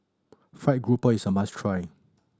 fried grouper is a must try